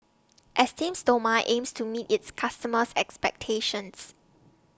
Esteem Stoma aims to meet its customers' expectations